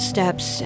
Steps